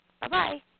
Bye-bye